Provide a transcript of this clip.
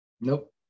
nope